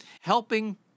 Helping